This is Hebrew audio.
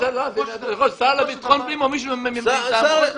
השר לביטחון פנים או מי שהוא מינה מטעמו.